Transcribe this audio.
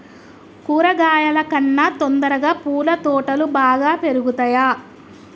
కూరగాయల కన్నా తొందరగా పూల తోటలు బాగా పెరుగుతయా?